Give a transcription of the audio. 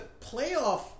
playoff